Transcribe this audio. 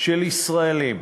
של ישראלים.